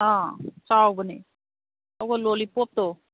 ꯑꯥ ꯆꯥꯎꯕꯅꯦ ꯑꯗꯨꯒ ꯂꯣꯂꯤꯄꯣꯞꯇꯣ